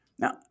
Now